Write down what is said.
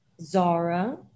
Zara